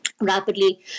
Rapidly